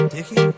Dicky